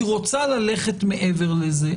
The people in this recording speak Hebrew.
היא רוצה ללכת מעבר לזה?